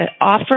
offer